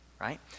Right